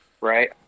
right